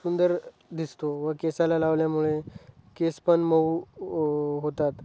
सुंदर दिसतो व केसाला लावल्यामुळे केस पण मऊ होतात